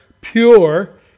pure